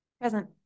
present